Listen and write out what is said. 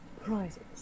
prizes